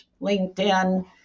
LinkedIn